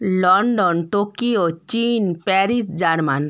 London Tokyo চীন Paris Germany